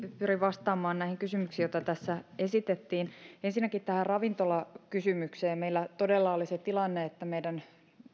pyrin vastaamaan näihin kysymyksiin joita tässä esitettiin ensinnäkin tähän ravintolakysymykseen meillä todella oli se tilanne että meidän